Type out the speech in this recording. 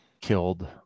killed